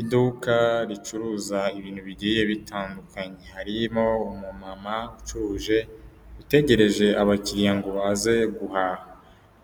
Iduka ricuruza ibintu bigiye bitandukanye harimo umumama ucuruje utegereje abakiriya ngo baze guhaha,